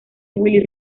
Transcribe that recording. willie